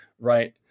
right